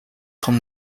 том